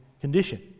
condition